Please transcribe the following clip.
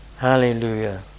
Hallelujah